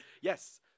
Yes